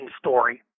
story